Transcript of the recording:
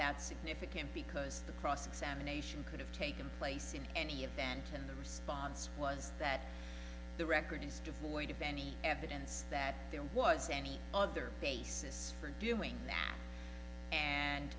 that significant because the cross examination could have taken place in any event and the response was that the record is devoid of any evidence that there was any other basis for doing that